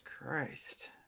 Christ